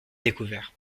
découvert